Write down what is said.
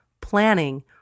planning